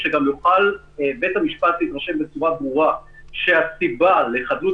שגם יוכל בית המשפט להתרשם בצורה ברורה שהסיבה לחדלות